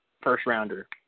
first-rounder